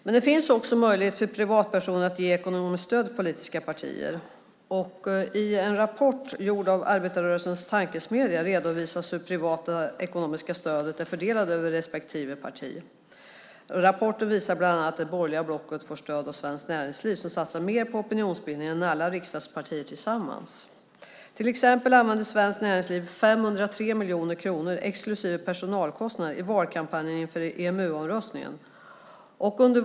Men det finns också en möjlighet för privatpersoner att ge ekonomiskt stöd till politiska partier. I en rapport från arbetarrörelsens tankesmedja redovisas hur det privata ekonomiska stödet är fördelat på respektive parti. Rapporten visar bland annat att det borgerliga blocket får stöd från Svenskt Näringsliv som satsar mer på opinionsbildning än alla riksdagspartier tillsammans. Till exempel använde Svenskt Näringsliv 503 miljoner kronor, exklusive personalkostnader, i valkampanjen inför EMU-omröstningen.